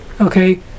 Okay